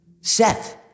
Seth